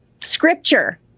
scripture